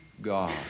God